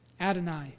Adonai